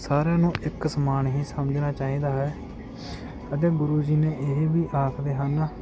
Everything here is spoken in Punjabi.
ਸਾਰਿਆਂ ਨੂੰ ਇੱਕ ਸਮਾਨ ਹੀ ਸਮਝਣਾ ਚਾਹੀਦਾ ਹੈ ਅਤੇ ਗੁਰੂ ਜੀ ਨੇ ਇਹ ਵੀ ਆਖਦੇ ਹਨ